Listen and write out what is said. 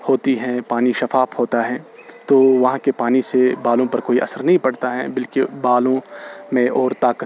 ہوتی ہیں پانی شفاف ہوتا ہیں تو وہاں کے پانی سے بالوں پر کوئی اثر نہیں پڑتا ہے بلکہ بالوں میں اور طاقت